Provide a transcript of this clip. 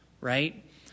right